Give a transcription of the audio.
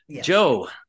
Joe